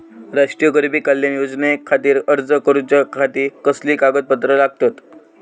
राष्ट्रीय गरीब कल्याण योजनेखातीर अर्ज करूच्या खाती कसली कागदपत्रा लागतत?